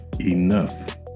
enough